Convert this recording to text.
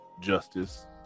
justice